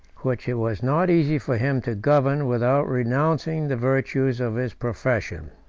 which it was not easy for him to govern without renouncing the virtues of his profession.